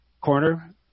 corner